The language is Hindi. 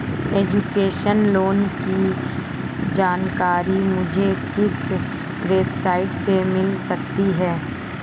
एजुकेशन लोंन की जानकारी मुझे किस वेबसाइट से मिल सकती है?